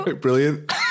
Brilliant